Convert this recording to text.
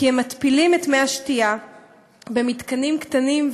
כי הם מתפילים את מי השתייה במתקנים קטנים,